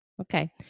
Okay